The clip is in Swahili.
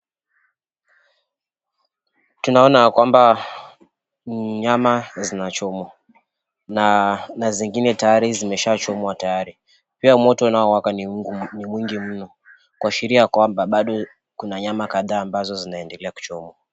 Tunaona ya kwamba nyama zinachomwa, na zingine tayari zimeshaachomwa tayari. Pia moto unaowaka ni mwingi mno kuashiria ya kwamba bado kuna nyama kadhaa zinazoendelea kuchomwa.